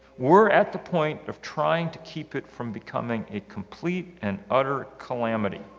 we're at the point of trying to keep it from becoming a complete and utter calamity.